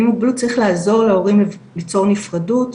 עם מוגבלות צריך לעזור להורים ליצור נפרדות.